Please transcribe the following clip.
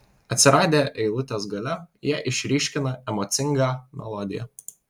atsiradę eilutės gale jie išryškina emocingą melodiją